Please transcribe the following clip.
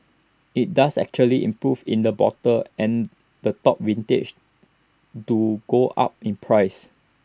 IT does actually improve in the bottle and the top vintages do go up in price